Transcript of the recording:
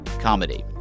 comedy